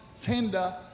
tender